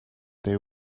they